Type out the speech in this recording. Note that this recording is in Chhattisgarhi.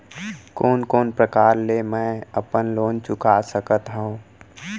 कोन कोन प्रकार ले मैं अपन लोन चुका सकत हँव?